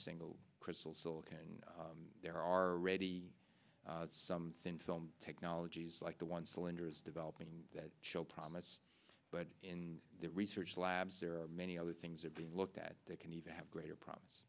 single crystal silicon there are already some sense on technologies like the one cylinder is developing that show promise but in the research labs there are many other things are being looked at they can even have greater problems